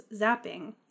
zapping